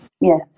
Yes